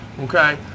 Okay